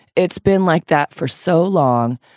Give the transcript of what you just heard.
it's been like that for so long.